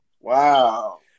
Wow